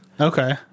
Okay